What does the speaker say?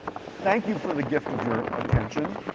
thank you for the gift of your attention.